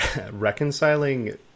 reconciling